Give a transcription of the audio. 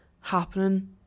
happening